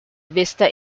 vista